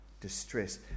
distress